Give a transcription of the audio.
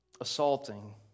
assaulting